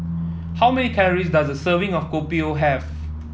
how many calories does a serving of Kopi O have